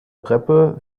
treppe